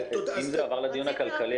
אם זה עבר לשיח ולדיון הכלכלי,